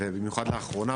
ובמיוחד לאחרונה,